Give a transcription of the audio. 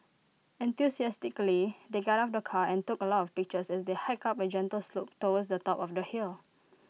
enthusiastically they got out of the car and took A lot of pictures as they hiked up A gentle slope towards the top of the hill